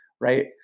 Right